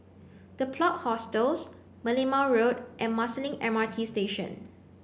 the Plot Hostels Merlimau Road and Marsiling M R T Station